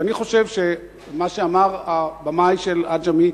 ואני חושב שמה שאמר הבמאי של "עג'מי",